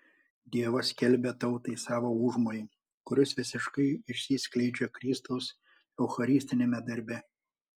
dievas skelbia tautai savo užmojį kuris visiškai išsiskleidžia kristaus eucharistiniame darbe